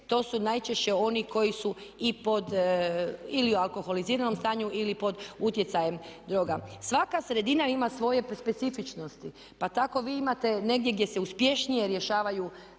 to su najčešće oni koji su ili u alkoholiziranom stanju ili pod utjecajem droga. Svaka sredina ima svoje specifičnosti. Pa tako vi imate negdje gdje se uspješnije rješavaju